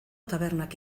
tabernak